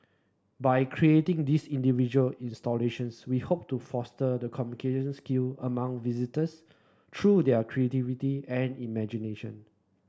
by creating these individual installations we hope to foster the communication skill among visitors through their creativity and imagination